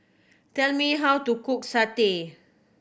tell me how to cook satay